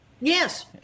Yes